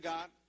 God